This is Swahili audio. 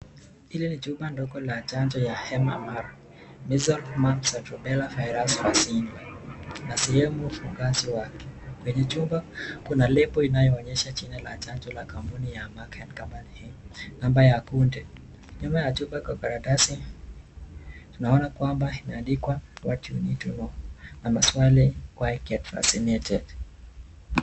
Hili ni chupa ndogo la chanjo ya M-M-R Measles, Mumps, and Rubella Virus Vaccine na sehemu ya ufugaji wake. Kwenye chupa kuna lebo inayoonyesha jina la chanjo la kampuni ya Merck & Company Inc . na namba ya kundi. Nyuma ya chupa kwa karatasi tunaona kwamba imeandikwa What you need to know na maswali Why get vaccinated?